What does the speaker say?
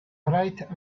bright